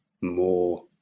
more